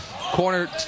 corner